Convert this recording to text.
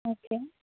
okay